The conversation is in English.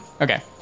Okay